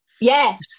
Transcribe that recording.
Yes